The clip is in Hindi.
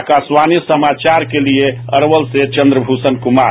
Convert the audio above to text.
आकाशवाणी समाचार के लिए अरवल से चन्द्रभूषण कुमार